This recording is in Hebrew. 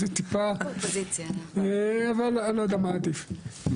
אני לא יודע מה עדיף.